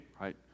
right